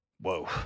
Whoa